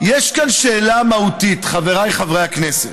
יש כאן שאלה מהותית, חבריי חברי הכנסת.